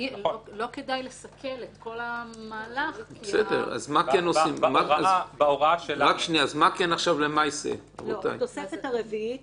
כדאי לסכל את כל המהלך -- התוספת הרביעית